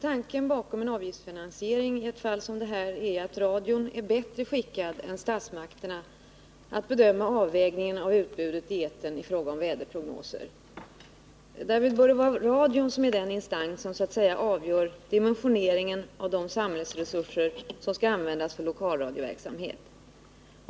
Tanken bakom en avgiftsfinansiering i ett fall som detta är att radion är bättre skickad än statsmakterna att bedöma avvägningen av utbudet i etern i fråga om väderprognoser. Det bör därvid vara radion som är den instans som avgör dimensioneringen av de samhällsresurser som skall användas för lokalradioverksamhet.